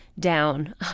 down